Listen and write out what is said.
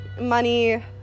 money